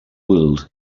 world